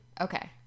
Okay